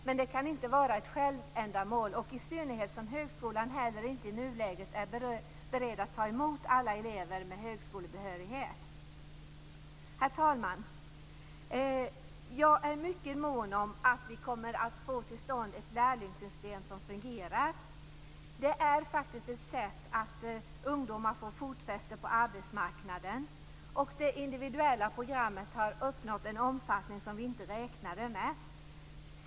Det kan inte vara ett självändamål, i synnerhet som högskolan inte i nuläget är beredd att ta emot alla elever med högskolebehörighet. Herr talman! Jag är mycket mån om att vi får till stånd ett lärlingssystem som fungerar. Det är faktiskt ett sätt för ungdomar att få fotfäste på arbetsmarknaden. Det individuella programmet har uppnått en omfattning som vi inte räknade med.